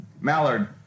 Mallard